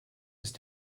ist